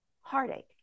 heartache